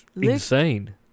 insane